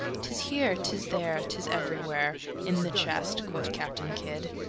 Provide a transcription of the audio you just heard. tis here, tis there, tis everywhere in the chest, quoth captain kidd.